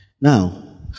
Now